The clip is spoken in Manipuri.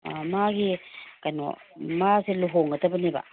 ꯑꯥ ꯃꯥꯒꯤ ꯀꯩꯅꯣ ꯃꯥꯁꯦ ꯂꯨꯍꯣꯡꯒꯗꯕꯅꯦꯕ